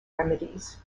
remedies